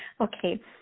okay